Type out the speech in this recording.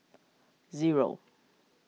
zero